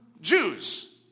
Jews